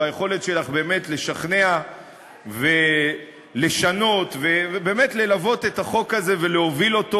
ביכולת שלך באמת לשכנע ולשנות ובאמת ללוות את החוק הזה ולהוביל אותו